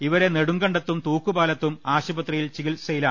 ഇവർ നെടുങ്ക ണ്ടത്തും തൂക്കുപാലത്തും ആശുപത്രിയിൽ ചികിത്സയിലാണ്